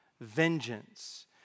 vengeance